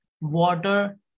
water